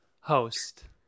host